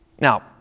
Now